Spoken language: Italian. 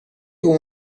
come